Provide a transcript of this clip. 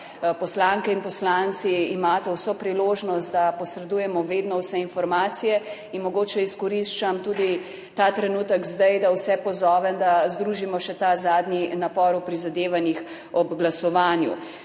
poslanke in poslanci imate vso priložnost, da posredujemo vedno vse informacije. Mogoče izkoriščam tudi ta trenutek zdaj, da vse pozovem, da združimo še ta zadnji napor ob prizadevanjih ob glasovanju.